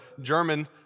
German